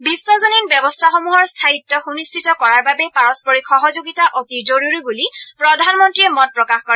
বিশ্বজনীন ব্যৱস্থাসমূহৰ স্থায়িত্ব সুনিশ্চিত কৰাৰ বাবে পাৰস্পৰিক সহযোগিতা অতি জৰুৰী বুলি প্ৰধানমন্ত্ৰীয়ে মত প্ৰকাশ কৰে